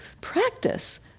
practice